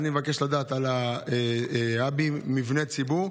אז אני מבקש לדעת על ההאבים, על מבני הציבור,